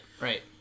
right